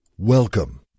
Welcome